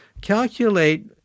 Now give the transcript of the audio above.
Calculate